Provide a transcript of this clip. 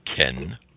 Ken